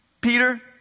Peter